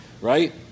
right